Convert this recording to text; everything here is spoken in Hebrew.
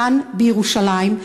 כאן בירושלים,